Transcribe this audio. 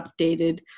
updated